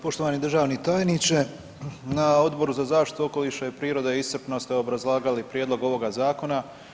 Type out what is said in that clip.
Poštovani državni tajniče, na Odboru za zaštitu okoliša i prirode iscrpno ste obrazlagali prijedlog ovoga zakona.